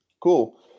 Cool